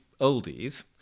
oldies